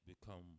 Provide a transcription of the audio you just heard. become